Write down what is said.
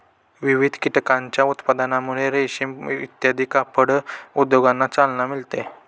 विविध कीटकांच्या उत्पादनामुळे रेशीम इत्यादी कापड उद्योगांना चालना मिळते